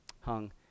Hung